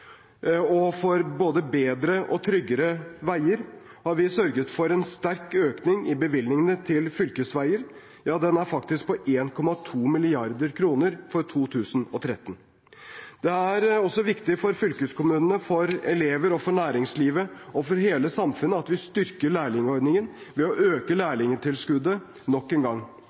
For både bedre og tryggere veier har vi sørget for en sterk økning i bevilgningene til fylkesveier – ja den er faktisk trappet opp med 1,2 mrd. kr siden 2013. Det er også viktig for fylkeskommunene, for elever, for næringslivet og for hele samfunnet at vi styrker lærlingordningen ved å øke